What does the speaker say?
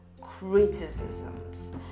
criticisms